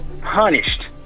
punished